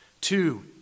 Two